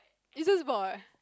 you just bought